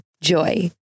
Joy